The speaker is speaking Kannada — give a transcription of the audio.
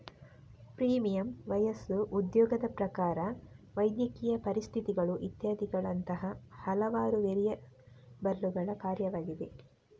ಪ್ರೀಮಿಯಂ ವಯಸ್ಸು, ಉದ್ಯೋಗದ ಪ್ರಕಾರ, ವೈದ್ಯಕೀಯ ಪರಿಸ್ಥಿತಿಗಳು ಇತ್ಯಾದಿಗಳಂತಹ ಹಲವಾರು ವೇರಿಯಬಲ್ಲುಗಳ ಕಾರ್ಯವಾಗಿದೆ